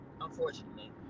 unfortunately